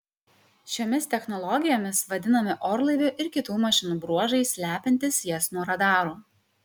šiomis technologijomis vadinami orlaivių ir kitų mašinų bruožai slepiantys jas nuo radarų